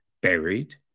Buried